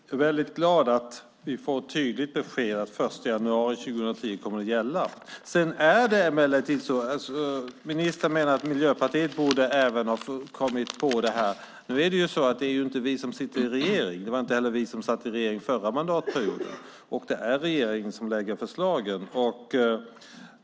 Herr talman! Jag är väldigt glad över att vi får tydligt besked om att detta kommer att gälla från den 1 januari 2010. Ministern menar att även Miljöpartiet borde ha kommit på detta. Nu är det ju inte vi som sitter i regeringsställning. Vi gjorde det inte heller under förra mandatperioden. Det är regeringen som lägger förslagen.